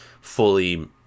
fully